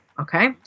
Okay